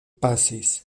pasis